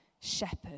shepherd